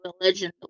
religion